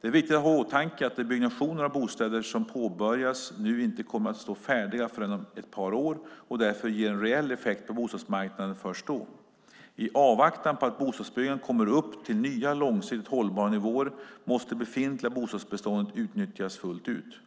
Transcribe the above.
Det är viktigt att ha i åtanke att de byggnationer av bostäder som påbörjas nu inte kommer att stå färdiga förrän om ett par år och därför ger en reell effekt på bostadsmarknaden först då. I avvaktan på att bostadsbyggandet kommer upp till nya långsiktigt hållbara nivåer måste det befintliga bostadsbeståndet utnyttjas fullt ut.